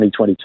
2022